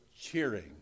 cheering